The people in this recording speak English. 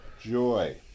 joy